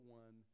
one